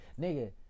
nigga